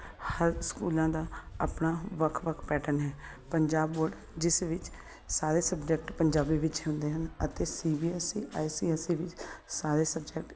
ਹਰ ਸਕੂਲਾਂ ਦਾ ਆਪਣਾ ਵੱਖ ਵੱਖ ਪੈਟਰਨ ਹੈ ਪੰਜਾਬ ਬੋਰਡ ਜਿਸ ਵਿੱਚ ਸਾਰੇ ਸਬਜੈਕਟ ਪੰਜਾਬੀ ਵਿੱਚ ਹੁੰਦੇ ਹਨ ਅਤੇ C B S E I C S E ਵਿੱਚ ਸਾਰੇ ਸਬਜੈਕਟ